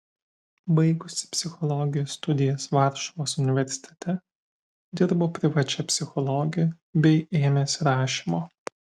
baigusi psichologijos studijas varšuvos universitete dirbo privačia psichologe bei ėmėsi rašymo